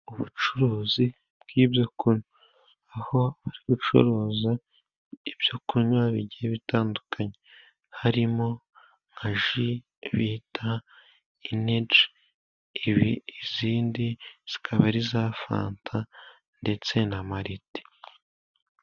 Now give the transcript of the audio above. Ubucuruzi bw'ibyo kunwa, aho bari gucuruza ibyo kunywa bigiye bitandukanye harimo nka ji bita eneji, izindi zikaba ari iza fanta ndetse na marite